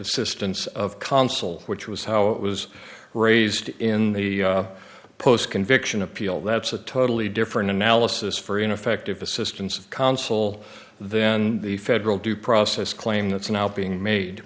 assistance of counsel which was how it was raised in the post conviction appeal that's a totally different analysis for ineffective assistance of counsel then the federal due process claim that's now being made